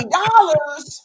dollars